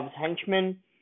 henchmen